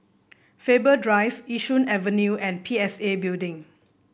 Faber Drive Yishun Avenue and P S A Building